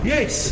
Yes